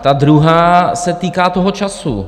Ta druhá se týká toho času.